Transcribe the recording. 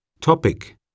Topic